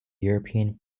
european